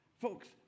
Folks